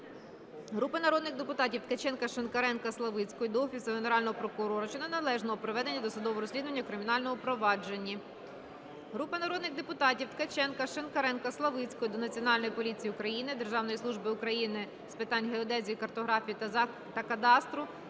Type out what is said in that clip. Групи народних депутатів (Ткаченка, Шинкаренка, Славицької) до Офісу Генерального прокурора щодо неналежного проведення досудового розслідування у кримінальному провадженні. Групи народних депутатів (Ткаченка, Шинкаренка, Славицької) до Національної поліції України, Державної служби України з питань геодезії, картографії та кадастру